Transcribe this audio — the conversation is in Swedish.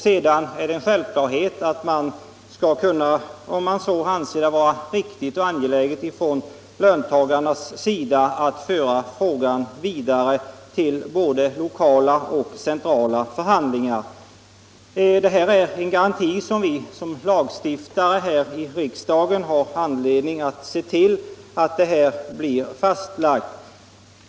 Sedan är det självklart att man, om man anser det riktigt och angeläget från löntagarnas sida, skall kunna föra frågan vidare till både lokal och central förhandling. Som lagstiftare har vi här i riksdagen anledning se till att en sådan garanti blir fastlagd.